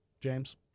James